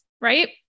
right